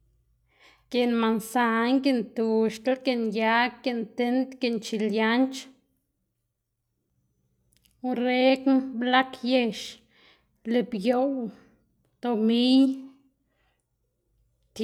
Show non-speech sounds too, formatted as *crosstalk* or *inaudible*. *noise* giꞌn mansan, giꞌn tuxtl, giꞌn yag, giꞌn tind, giꞌn chilianc̲h̲, orengn, blag yex, libioꞌw, tomiy, *unintelligible*